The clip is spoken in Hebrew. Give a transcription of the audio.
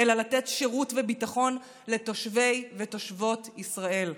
אלא לתת שירות וביטחון לתושבי ותושבות ישראל.